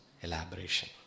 elaboration